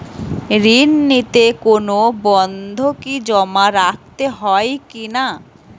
ঋণ নিতে কোনো বন্ধকি জমা রাখতে হয় কিনা?